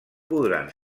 podran